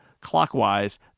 clockwise